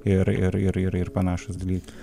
ir ir ir ir panašūs dalykai